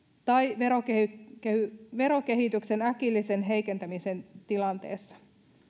tai verokehityksen verokehityksen äkillisen heikentymisen tilanteessa